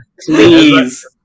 please